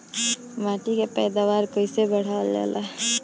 माटी के पैदावार कईसे बढ़ावल जाला?